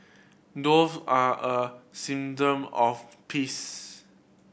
dove are a symptom of peace